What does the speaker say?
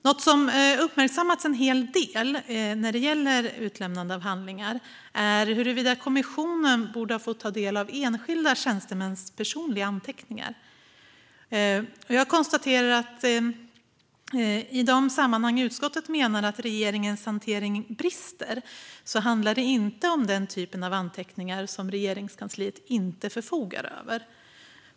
Något som uppmärksammats en hel del när det gäller utlämnande av handlingar är huruvida kommissionen borde ha fått ta del av enskilda tjänstemäns personliga anteckningar. Jag konstaterar att i de sammanhang som utskottet menar att regeringens hantering brister handlar det inte om den typen av anteckningar som Regeringskansliet inte förfogar över.